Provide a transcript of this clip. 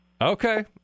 Okay